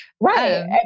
Right